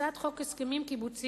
הצעת חוק הסכמים קיבוציים,